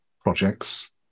projects